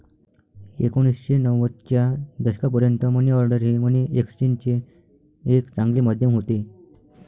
एकोणीसशे नव्वदच्या दशकापर्यंत मनी ऑर्डर हे मनी एक्सचेंजचे एक चांगले माध्यम होते